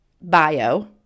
bio